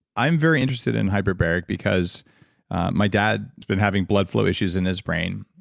i'm very interested in hyperbaric, because my dad has been having blood flow issues in his brain.